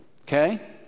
okay